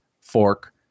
fork